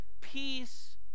peace